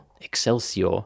excelsior